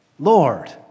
Lord